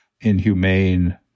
inhumane